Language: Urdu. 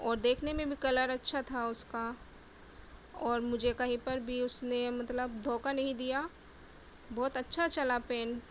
اور دیکھنے میں بھی کلر اچھا تھا اس کا اور مجھے کہیں پر بھی اس نے مطلب دھوکہ نہیں دیا بہت اچھا چلا پین